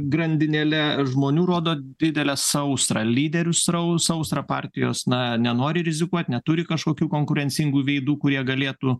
grandinėle žmonių rodo didelę sausrą lyderių srau sausrą partijos na nenori rizikuoti neturi kažkokių konkurencingų veidų kurie galėtų